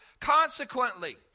Consequently